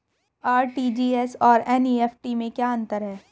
RTGS और NEFT में क्या अंतर है?